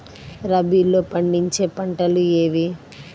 రబీలో పండించే పంటలు ఏవి?